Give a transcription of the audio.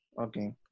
Okay